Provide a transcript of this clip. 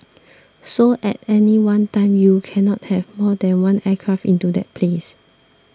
so at any one time you cannot have more than one aircraft into that place